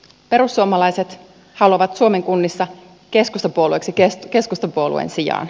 perussuomalaiset haluavat suomen kunnissa keskustapuolueeksi keskustapuolueen sijaan